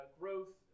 growth